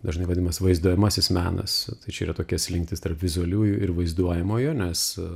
dažnai vadinas vaizduojamasis menas tai čia yra tokia slinktis tarp vizualiųjų ir vaizduojamojo nes